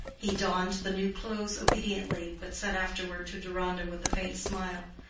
he donned the new clothes obediently, but said afterward to deronda, with a faint smile,